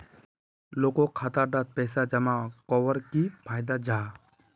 लोगोक खाता डात पैसा जमा कवर की फायदा जाहा?